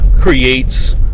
creates